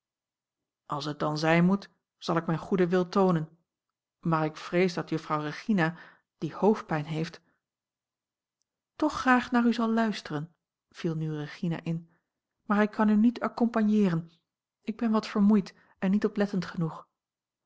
als het dan zijn moet zal ik mijn goeden wil toonen maar ik vrees dat juffrouw regina die hoofdpijn heeft toch graag naar u zal luisteren viel nu regina in maar ik kan u niet accompagneeren ik ben wat vermoeid en niet oplettend genoeg